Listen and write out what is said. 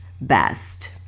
best